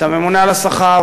את הממונה על השכר,